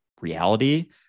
reality